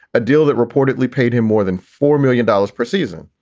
a deal that reportedly paid him more than four million dollars per season.